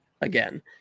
again